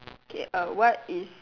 okay uh what is